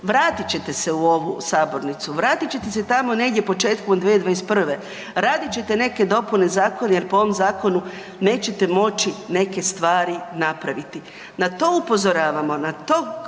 Vratit ćete se u ovu sabornicu, vratit ćete se tamo negdje početkom 2021., radit ćete neke dopune zakona jer po ovom zakonu nećete moći neke stvari napraviti. Na to upozoravamo, na to